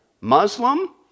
Muslim